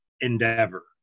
endeavor